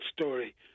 story